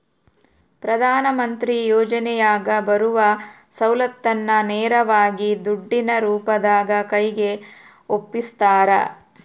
ಪ್ರಧಾನ ಮಂತ್ರಿ ಯೋಜನೆಯಾಗ ಬರುವ ಸೌಲತ್ತನ್ನ ನೇರವಾಗಿ ದುಡ್ಡಿನ ರೂಪದಾಗ ಕೈಗೆ ಒಪ್ಪಿಸ್ತಾರ?